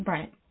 Right